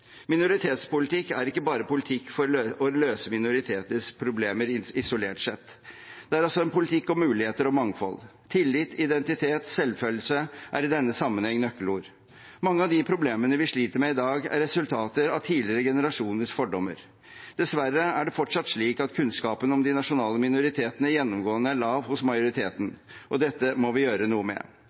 Minoritetspolitikk er ikke bare politikk for å løse minoriteters problemer isolert sett. Det er også en politikk om muligheter og mangfold. Tillit, identitet og selvfølelse er i denne sammenheng nøkkelord. Mange av de problemene vi sliter med i dag, er resultater av tidligere generasjoners fordommer. Dessverre er det fortsatt slik at kunnskapen om de nasjonale minoritetene gjennomgående er lav hos majoriteten, og dette må vi gjøre noe med.